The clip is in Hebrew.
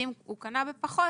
ואם הוא קנה בפחות